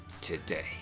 today